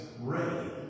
ready